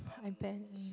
I